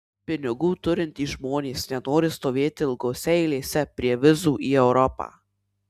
pinigų turintys žmonės nenori stovėti ilgose eilėse prie vizų į europą